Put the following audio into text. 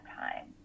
time